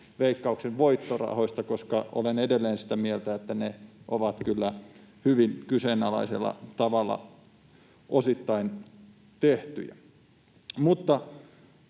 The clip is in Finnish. Veikkauksen voittorahoista, koska olen edelleen sitä mieltä, että ne ovat kyllä osittain hyvin kyseenalaisella tavalla tehtyjä.